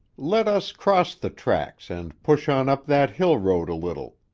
let us cross the tracks and push on up that hill road a little,